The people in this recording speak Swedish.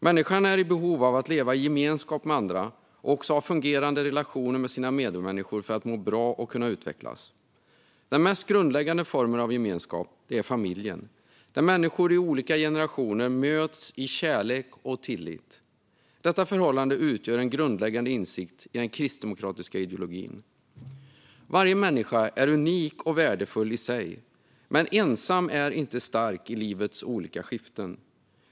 Människan är i behov av att leva i gemenskap med andra och också ha fungerande relationer med sina medmänniskor för att må bra och kunna utvecklas. Den mest grundläggande formen av gemenskap är familjen, där människor i olika generationer möts i kärlek och tillit. Insikten om detta förhållande är grundläggande i den kristdemokratiska ideologin. Varje människa är unik och värdefull i sig. Men ensam är inte stark i livets olika skiften.